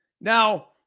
Now